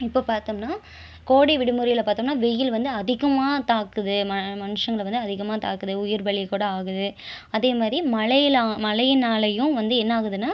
இப்போ பார்த்தம்னா கோடை விடுமுறையில பார்த்தம்னா வெய்யில் வந்து அதிகமாக தாக்குது மனுஷங்களை வந்து அதிகமாக தாக்குது உயிர் பலி கூட ஆகுது அதே மாதிரி மழையிலா மழையினாலயும் வந்து என்ன ஆகுதுன்னால்